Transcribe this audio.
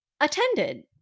attended